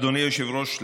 אדוני היושב-ראש,